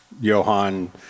Johan